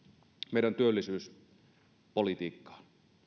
meidän työllisyyspolitiikkaan